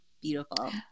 beautiful